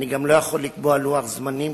אני גם לא יכול לקבוע לוח זמנים,